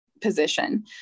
position